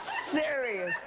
serious!